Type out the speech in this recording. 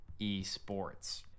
eSports